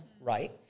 right